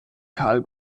carl